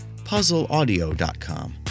puzzleaudio.com